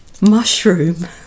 Mushroom